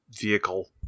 vehicle